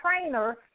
trainer